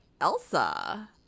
Elsa